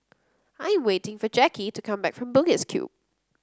I am waiting for Jackie to come back from Bugis Cube